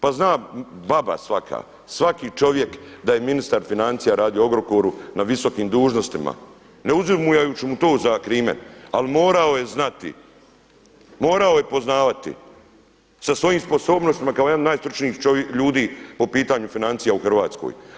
Pa zna baba svaka, svaki čovjek da je ministar financija radio u Agrokoru na visokim dužnostima, ne uzimajući mu to za … ali morao je znati, morao je poznavati sa svojim sposobnostima kao jedan od najstručnijih ljudi po pitanju financija u Hrvatskoj.